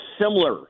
similar